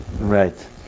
Right